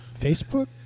Facebook